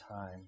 time